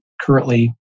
currently